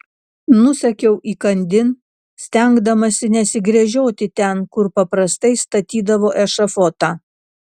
nusekiau įkandin stengdamasi nesigręžioti ten kur paprastai statydavo ešafotą